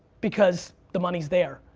because the money's there,